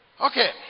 Okay